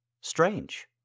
strange